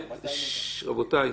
רגע,